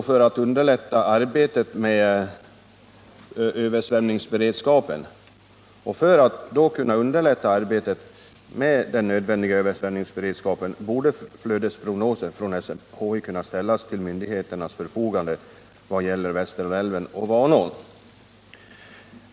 För att underlätta arbetet med den nödvändiga översvämningsberedskapen borde flödesprognoser från SMHI ställas till myndigheternas förfogande vad gäller Västerdalälven och Vanån.